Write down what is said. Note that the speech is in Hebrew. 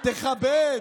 תכבד,